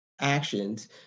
actions